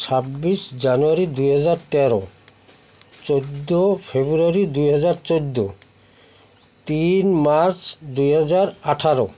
ଛବିଶି ଜାନୁଆରୀ ଦୁଇ ହଜାର ତେର ଚଉଦ ଫେବୃଆରୀ ଦୁଇ ହଜାର ଚଉଦ ତିନ ମାର୍ଚ୍ଚ ଦୁଇ ହଜାର ଅଠର